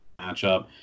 matchup